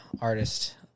artist